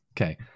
Okay